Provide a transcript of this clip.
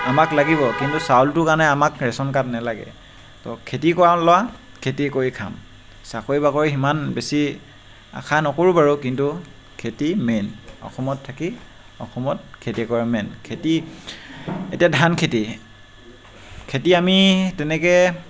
আমাক লাগিব কিন্তু চাউলটোৰ কাৰণে আমাক ৰেচন কাৰ্ড নালাগে তো খেতি কৰা ল'ৰা খেতি কৰি খাম চাকৰি বাকৰি সিমান বেছি আশা নকৰোঁ বাৰু কিন্তু খেতি মেইন অসমত থাকি অসমত খেতি কৰা মেইন খেতি এতিয়া ধান খেতি খেতি আমি তেনেকৈ